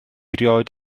rioed